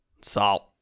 Salt